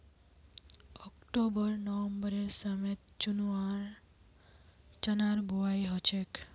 October नवंबरेर समयत चनार बुवाई हछेक